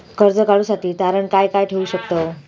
कर्ज काढूसाठी तारण काय काय ठेवू शकतव?